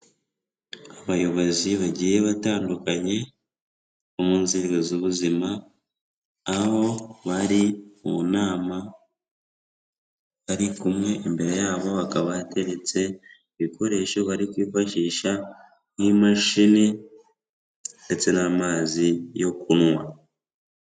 Abayobozi bagiye batandukanye bo mu nzego z'ubuzima, aho bari mu nama bari kumwe, imbere yabo hakaba hateretse ibikoresho bari kwifashisha nk'imashini ndetse n'amazi yo kunywa.